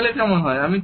এখন গেলে কেমন হয়